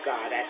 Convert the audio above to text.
God